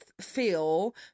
feel